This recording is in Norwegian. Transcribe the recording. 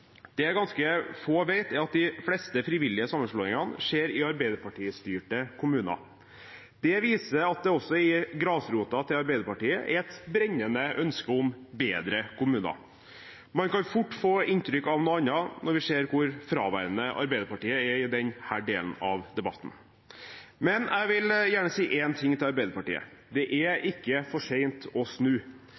Det ganske få vet, er at de fleste frivillige sammenslåingene skjer i Arbeiderparti-styrte kommuner. Det viser at det også i grasrota til Arbeiderpartiet er et brennende ønske om bedre kommuner. Man kan fort få inntrykk av noe annet når vi ser hvor fraværende Arbeiderpartiet er i denne delen av debatten. Men jeg vil gjerne si én ting til Arbeiderpartiet: Det er ikke for sent å snu.